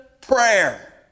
prayer